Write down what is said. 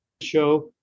show